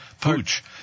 pooch